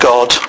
God